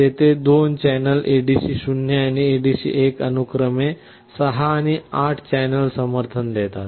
येथे 2 channel ADC 0 आणि ADC 1 अनुक्रमे 6 आणि 8 चॅनेलचे समर्थन देतात